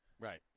Right